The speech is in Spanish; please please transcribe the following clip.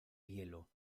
hielo